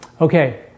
Okay